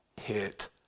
hit